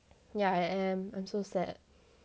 yeah I am I'm so sad